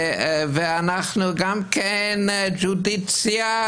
ואנחנו גם לא judiocracy.